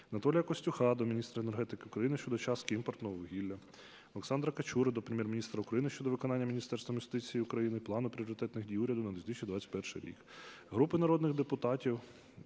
Анатолія Костюха до міністра енергетики України щодо частки імпортного вугілля. Олександра Качури до Прем'єр-міністра України щодо виконання Міністерством юстиції України плану пріоритетних дій уряду на 2021 рік. Групи народних депутатів